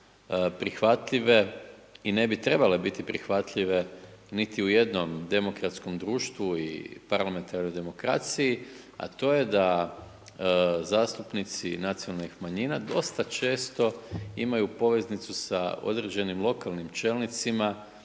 prihvatljive i ne bi trebale biti prihvatljive niti u jednom demokratskom društvu i parlamentarnoj demokraciji, a to je da zastupnici nacionalnih manjina dosta često imaju poveznicu sa određenim lokalnim čelnicima